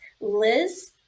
Liz